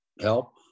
help